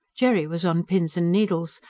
jerry was on pins and needles,